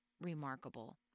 remarkable